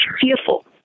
fearful